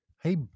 Hey